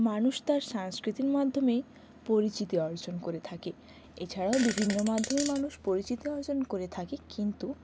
মানুষ তার সংস্কৃতির মাধ্যমে পরিচিতি অর্জন করে থাকে এছাড়াও বিভিন্ন মাধ্যমেই মানুষ পরিচিতি অর্জন করে থাকে কিন্তু